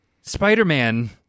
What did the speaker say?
Spider-Man